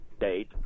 date